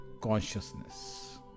consciousness